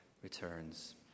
returns